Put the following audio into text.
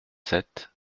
sept